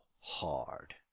hard